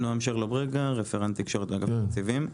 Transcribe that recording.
רפרנט תקשורת, אגף התקציבים.